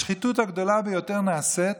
השחיתות הגדולה ביותר נעשית